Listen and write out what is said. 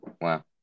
Wow